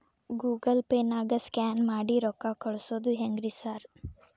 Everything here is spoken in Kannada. ಗೂಗಲ್ ಪೇನಾಗ ಸ್ಕ್ಯಾನ್ ಮಾಡಿ ರೊಕ್ಕಾ ಕಳ್ಸೊದು ಹೆಂಗ್ರಿ ಸಾರ್?